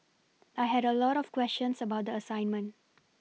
I had a lot of questions about the assignment